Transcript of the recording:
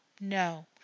No